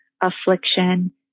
affliction